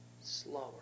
Slower